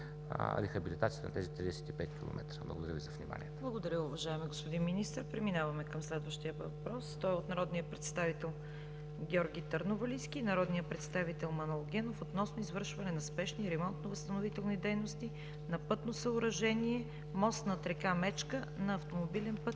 за вниманието. ПРЕДСЕДАТЕЛ ЦВЕТА КАРАЯНЧЕВА: Благодаря, уважаеми господин Министър. Преминаваме към следващия въпрос. Той е от народния представител Георги Търновалийски и народния представител Манол Генов, относно извършване на спешни ремонтно-възстановителни дейности на пътно съоръжение, мост над река Мечка, на автомобилен път